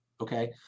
Okay